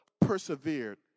persevered